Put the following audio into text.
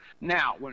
Now